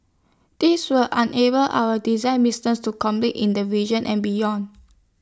this will unable our design businesses to compete in the region and beyond